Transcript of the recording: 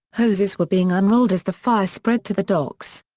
hoses were being unrolled as the fire spread to the docks.